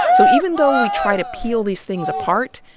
so even though we try to peel these things apart,